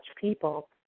people